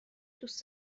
دوست